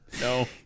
No